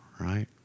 right